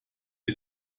die